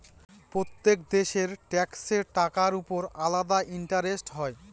প্রত্যেক দেশের ট্যাক্সের টাকার উপর আলাদা ইন্টারেস্ট হয়